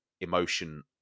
emotion